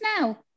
now